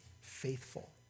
faithful